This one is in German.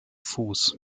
fuß